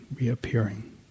reappearing